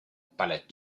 pallet